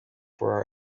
for